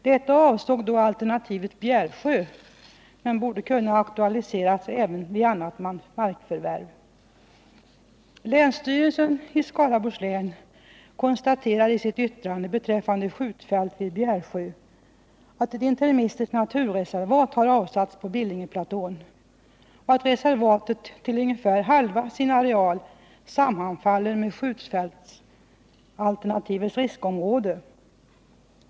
Detta avsåg då alternativet Bjärsjö, men det borde kunna aktualiseras även vid annat Länsstyrelsen i Skaraborgs län konstaterar i sitt yttrande beträffande skjutfält vid Bjärsjö att ett interimistiskt naturreservat har avsatts på Billingenplatån och att reservatet till ungefär halva sin areal sammanfaller med skjutfältsalternativets riskområde.